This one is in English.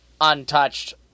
Untouched